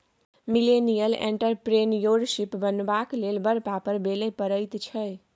millennial entrepreneurship बनबाक लेल बड़ पापड़ बेलय पड़ैत छै